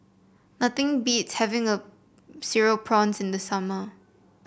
nothing beats having a Cereal Prawns in the summer